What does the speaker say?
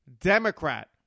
Democrat